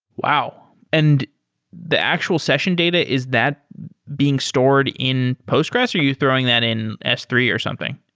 wow! and the actual session data, is that being stored in postgres? are you throwing that in s three or something?